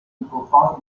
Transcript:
profoundly